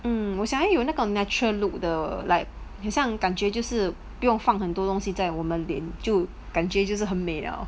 mm 我想有那种 natural look 的 like 很像感觉就是不用放很多东西在我们脸就感觉就是很美 liao